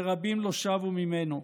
ורבים לא שבו ממנו.